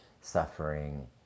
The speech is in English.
suffering